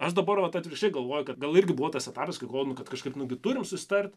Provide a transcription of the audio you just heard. aš dabar vat atvirkščiai galvoju kad gal irgi buvo tas etapas kai galvojau kažkaip nugi turim susitart